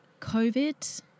COVID